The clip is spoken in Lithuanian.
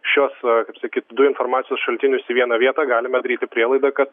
šiuos kaip sakyt du informacijos šaltinius į vieną vietą galime daryti prielaidą kad